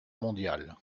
mondial